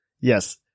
Yes